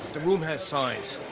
the room has signs.